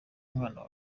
umwana